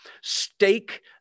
stake